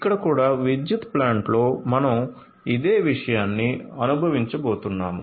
ఇక్కడ కూడా విద్యుత్ ప్లాంట్లో మనం ఇదే విషయాన్ని అనుభవించబోతున్నాం